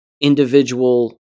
individual